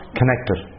connected